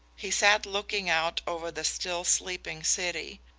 he sat looking out over the still sleeping city.